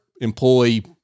employee